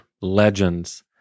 legends